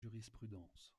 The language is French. jurisprudence